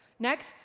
next,